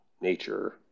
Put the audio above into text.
nature